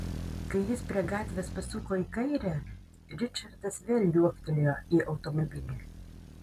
kai jis prie gatvės pasuko į kairę ričardas vėl liuoktelėjo į automobilį